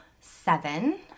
seven